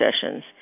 sessions